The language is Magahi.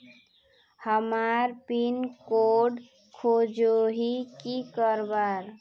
हमार पिन कोड खोजोही की करवार?